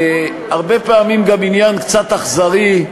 הרבה פעמים זה גם עניין קצת אכזרי.